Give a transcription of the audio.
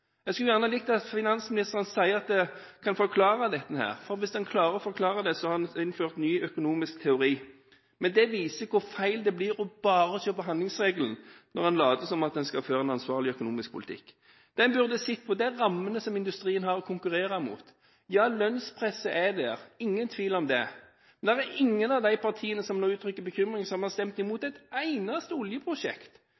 Jeg skulle gjerne likt å høre finansministeren forklare dette. Hvis han klarer det, har han innført en ny økonomisk teori. Det viser hvor feil det blir bare å se på handlingsregelen – når man later som man skal føre en ansvarlig økonomisk politikk. Det man burde se på, er rammene som industrien har å konkurrere mot. Lønnspresset er der, det er ingen tvil om det, men det er ingen av de partiene som nå uttrykker bekymring, som har stemt